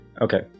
Okay